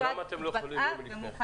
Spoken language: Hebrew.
למה אתם לא יכולים יום לפני?